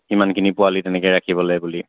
কিমানখিনি পোৱালি তেনেকৈ ৰাখিবলৈ বুলি